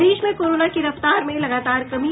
प्रदेश में कोरोना की रफ्तार में लगातार कमी